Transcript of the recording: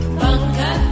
bunker